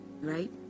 right